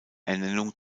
ernennung